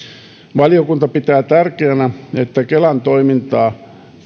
valiokunta pitää tärkeänä että kelan